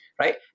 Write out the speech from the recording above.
right